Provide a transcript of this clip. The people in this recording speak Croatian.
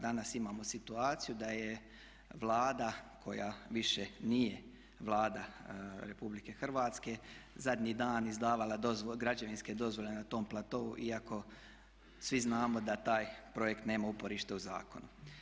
Danas imamo situaciju da je Vlada koja više nije Vlada Republike Hrvatske zadnji dan izdavala građevinske dozvole na tom platou iako svi znamo da taj projekt nema uporište u zakonu.